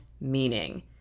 meaning